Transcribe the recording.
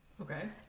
Okay